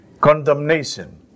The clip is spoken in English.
condemnation